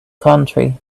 country